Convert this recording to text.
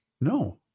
No